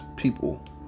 People